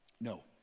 No